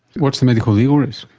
what's the medico-legal risk?